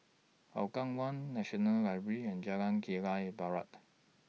Hougang one National Library and Jalan Kilang Barat